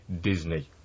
Disney